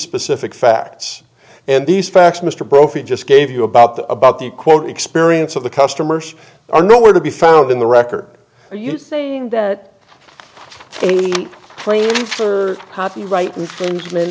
specific facts and these facts mr brophy just gave you about the about the quote experience of the customers are nowhere to be found in the record are you saying that the claim for copyright infringement